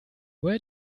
where